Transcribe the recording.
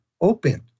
open